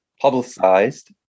publicized